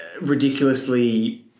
ridiculously